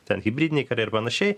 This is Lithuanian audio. ten hibridiniai karai ir panašiai